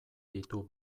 ditu